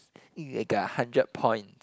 I got a hundred point